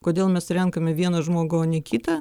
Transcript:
kodėl mes renkame vieną žmogų o ne kitą